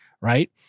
right